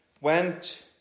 went